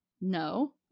No